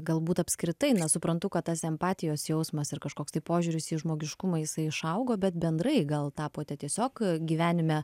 galbūt apskritai na suprantu kad tas empatijos jausmas ar kažkoks tai požiūris į žmogiškumą jisai išaugo bet bendrai gal tapote tiesiog gyvenime